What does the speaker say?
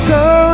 go